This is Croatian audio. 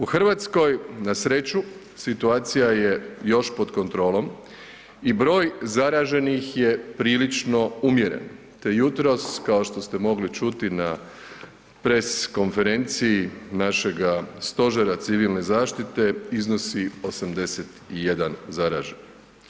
U Hrvatskoj na sreću situacija je još pod kontrolom i broj zaraženih je prilično umjeren te jutros kao što ste mogli čuti na press konferenciji našega stožera civilne zaštite iznosi 81 zaraženi.